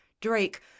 drake